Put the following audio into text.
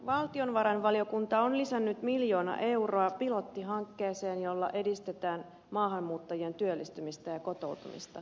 valtiovarainvaliokunta on lisännyt miljoona euroa pilottihankkeeseen jolla edistetään maahanmuuttajien työllistymistä ja kotoutumista